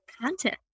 content